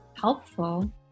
helpful